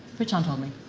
bitchan told me.